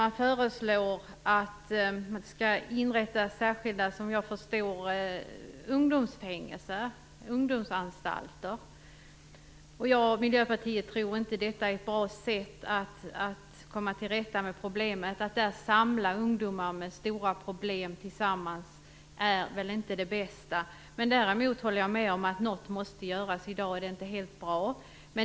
Man föreslår, som jag förstår det, att det skall inrättas särskilda ungdomsfängelser, ungdomsanstalter. Jag och Miljöpartiet tror inte att det är ett bra sätt att komma till rätta med problemet. Att samla ihop ungdomar med stora problem är väl inte det bästa. Däremot håller jag med om att något måste göras, i dag är det inte helt bra.